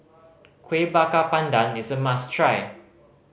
Kuih Bakar Pandan is a must try